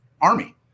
army